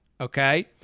Okay